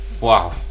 Wow